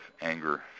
anger